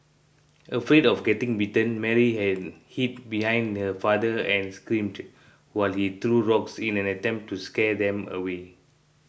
afraid of getting bitten Mary hid he behind her father and screamed while he threw rocks in an attempt to scare them away